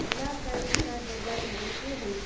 ला टाइम्सका हेडलाइनहरू के हुन्